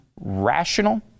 rational